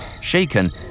Shaken